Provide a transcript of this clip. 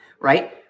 right